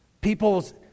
People's